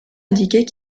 indiquer